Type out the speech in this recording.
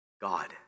God